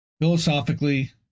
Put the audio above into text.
Philosophically